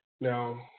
now